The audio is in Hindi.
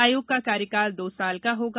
आयोग का कार्यकाल दो साल का होगा